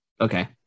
Okay